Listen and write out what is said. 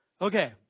Okay